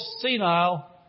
senile